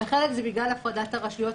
וחלק זה בגלל הפרדת הרשויות,